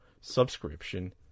subscription